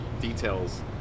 details